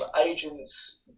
Agents